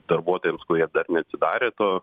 darbuotojams kurie dar neatsidarė to